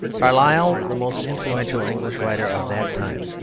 carlyle, the most influential english writer of that time,